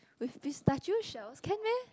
with pistachio shells can meh